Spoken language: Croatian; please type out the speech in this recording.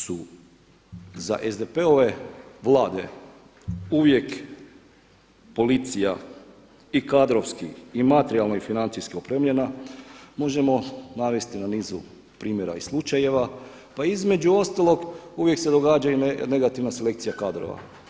Da su za SDP-ove vlade uvijek policija i kadrovski i materijalno i financijski opremljena možemo navesti na nizu primjera i slučajeva pa između ostalog uvijek se događaju i negativna selekcija kadrova.